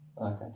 Okay